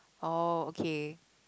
oh okay